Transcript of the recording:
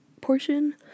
portion